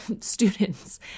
students